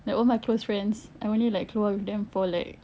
like all my close friends I only like keluar with the for like